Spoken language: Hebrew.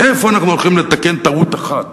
איפה אנחנו הולכים לתקן טעות אחת